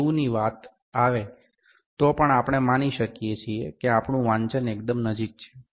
90 ની વાત આવે તો પણ આપણે માની શકીએ છીએ કે આપણું વાંચન એકદમ નજીક છે